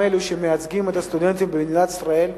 אלה שמייצגים את הסטודנטים במדינת ישראל,